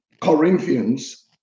Corinthians